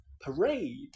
parade